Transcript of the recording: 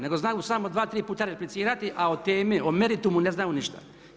Nego znaju samo 2, 3 puta replicirati, a o temi, o meritumu ne znaju ništa.